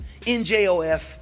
NJOF